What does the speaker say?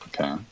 Okay